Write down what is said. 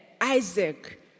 isaac